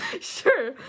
Sure